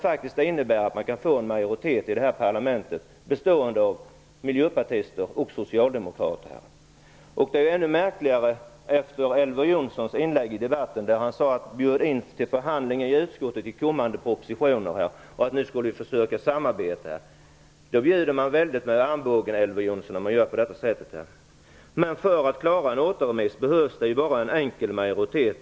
Man kan få en majoritet i det här parlamentet bestående av miljöpartister och socialdemokrater. Detta är ännu märkligare efter Elver Jonssons inlägg i debatten. Han sade att man kan bjuda in till förhandling i utskottet beträffande kommande propositioner och att vi nu skall försöka samarbeta. När man gör så bjuder man med armbågen, Elver Jonsson. För att åstadkomma en återremiss behövs bara en enkel majoritet.